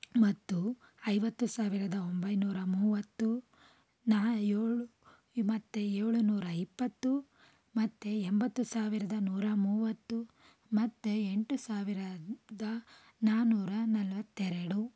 ಮತ್ತು ಐವತ್ತು ಸಾವಿರದ ಒಂಬೈನೂರ ಮೂವತ್ತು ನಾ ಏಳು ಮತ್ತೆ ಏಳುನೂರ ಇಪ್ಪತ್ತು ಮತ್ತೆ ಎಂಬತ್ತು ಸಾವಿರದ ನೂರ ಮೂವತ್ತು ಮತ್ತೆ ಎಂಟು ಸಾವಿರದ ನಾಲ್ಕುನೂರ ನಲ್ವತ್ತೆರಡು